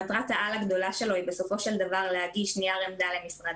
מטרת העל הגדולה שלו היא בסופו של דבר להגיש נייר עמדה למשרד